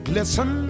Listen